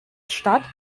statt